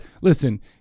listen